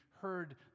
heard